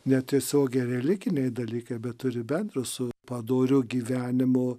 netiesiogiai religiniai dalykai bet turi bendro su padoriu gyvenimu